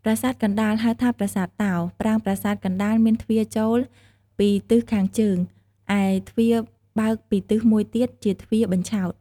ប្រាសាទកណ្តាល ហៅថាប្រាសាទតោ ប្រាង្គប្រាសាទកណ្តាលមានទ្វារចូលពីទិសខាងជើង ឯទ្វារបើកពីទិសមួយទៀតជាទ្វារបញ្ឆោត។